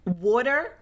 Water